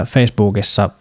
Facebookissa